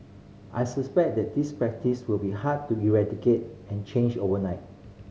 I suspect that this practice will be hard to eradicate and change overnight